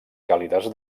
càlides